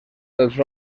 els